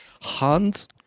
Hans